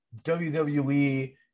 WWE